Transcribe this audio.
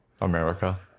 America